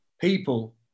people